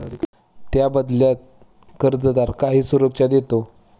त्या बदल्यात कर्जदार काही सुरक्षा देतो